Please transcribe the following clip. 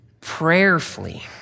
prayerfully